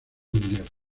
mundial